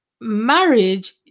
marriage